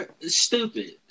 stupid